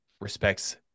respects